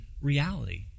reality